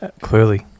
Clearly